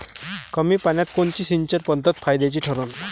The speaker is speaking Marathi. कमी पान्यात कोनची सिंचन पद्धत फायद्याची ठरन?